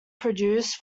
produced